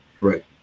right